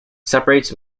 separates